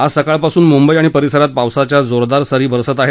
आज सकाळपासून मुंबई आणि परिसरात पावसाच्या जोरदार सरी येत आहेत